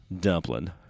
dumpling